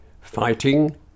Fighting